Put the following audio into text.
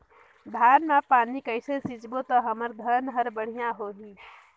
धान मा पानी कइसे सिंचबो ता हमर धन हर बढ़िया होही?